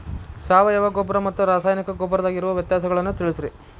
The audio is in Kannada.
ಸಾವಯವ ಗೊಬ್ಬರ ಮತ್ತ ರಾಸಾಯನಿಕ ಗೊಬ್ಬರದಾಗ ಇರೋ ವ್ಯತ್ಯಾಸಗಳನ್ನ ತಿಳಸ್ರಿ